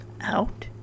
Out